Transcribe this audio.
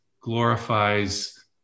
glorifies